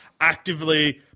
actively